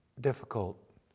difficult